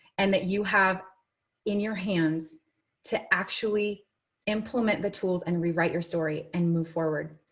and that you have in your hands to actually implement the tools and rewrite your story and move forward.